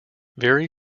very